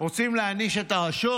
רוצים להעניש את הרשות?